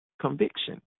conviction